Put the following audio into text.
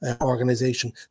organization